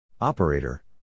Operator